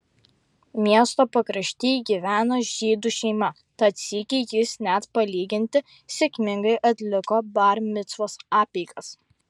miesto pakrašty gyveno žydų šeima tad sykį jis net palyginti sėkmingai atliko bar micvos apeigas